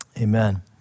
Amen